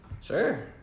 Sure